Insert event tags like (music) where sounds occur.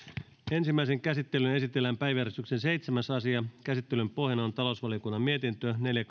ensimmäiseen käsittelyyn esitellään päiväjärjestyksen seitsemäs asia käsittelyn pohjana on talousvaliokunnan mietintö neljä (unintelligible)